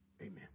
Amen